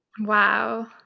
Wow